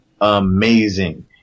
amazing